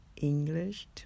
English